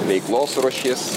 veiklos rūšis